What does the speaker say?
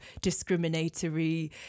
discriminatory